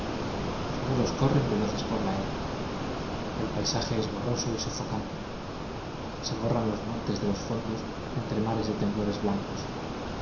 los mulos corren veloces por la era el paisaje es borroso y sofocante se borran los montes de los fondos entre mares de temblores blancos